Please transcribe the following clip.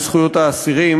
בזכויות האסירים,